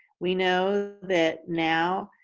we know that now,